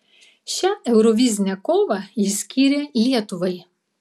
šią eurovizinę kovą jis skyrė lietuvai